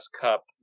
Cup